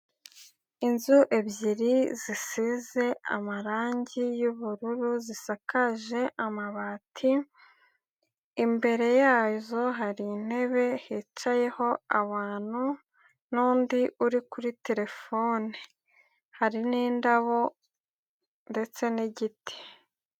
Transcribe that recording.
Inzu ebyiri zisize amarangi y'ubururu, zisakaje amabati, imbere yazo hari intebe hicayeho abantu n'undi uri kuri terefone. Hari n'indabo ndetse n'igiti.